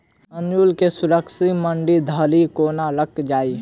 अंगूर केँ सुरक्षित मंडी धरि कोना लकऽ जाय?